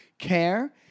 Care